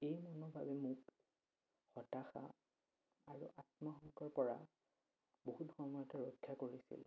এই মনৰ বাবে মোক হতাশা আৰু আত্মসংকৰ পৰা বহুত সময়তে ৰক্ষা কৰিছিল